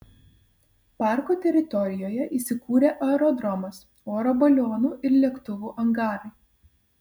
parko teritorijoje įsikūrė aerodromas oro balionų ir lėktuvų angarai